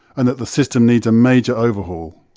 and that the system needs a major overhaul.